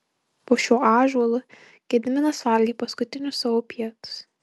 po šiuo ąžuolu gediminas valgė paskutinius savo pietus